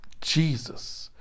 Jesus